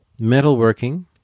metalworking